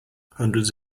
hundreds